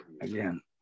again